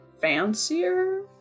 fancier